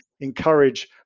encourage